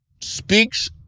speaks